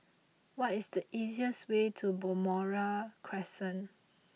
what is the easiest way to Balmoral Crescent